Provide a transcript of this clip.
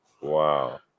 Wow